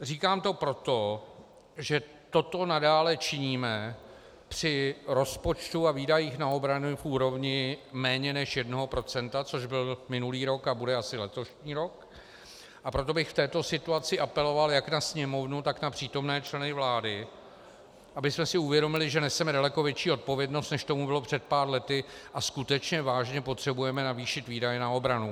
Říkám to proto, že toto nadále činíme při rozpočtu a výdajích na obranu v úrovni méně než 1 %, což byl minulý rok a bude asi letošní rok, a proto bych v této situaci apeloval jak na Sněmovnu, tak na přítomné členy vlády, abyste si uvědomili, že neseme daleko větší odpovědnost, než tomu bylo před pár lety, a skutečně vážně potřebujeme navýšit výdaje na obranu.